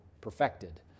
perfected